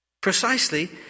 Precisely